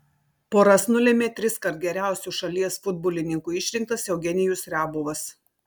poras nulėmė triskart geriausiu šalies futbolininku išrinktas eugenijus riabovas